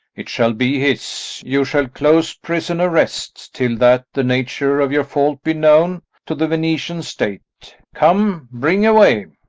it shall be his. you shall close prisoner rest, till that the nature of your fault be known to the venetian state come, bring away.